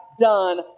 done